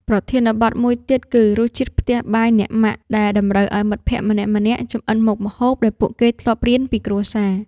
ប្រធានបទមួយទៀតគឺ រសជាតិផ្ទះបាយអ្នកម៉ាក់ ដែលតម្រូវឱ្យមិត្តភក្តិម្នាក់ៗចម្អិនមុខម្ហូបដែលពួកគេធ្លាប់រៀនពីគ្រួសារ។